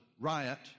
riot